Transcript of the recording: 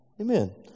Amen